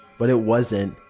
but it wasn't.